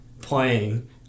playing